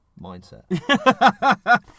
mindset